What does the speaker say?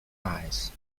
eyes